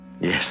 Yes